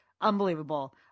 unbelievable